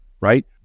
right